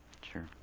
Sure